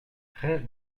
rêve